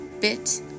bit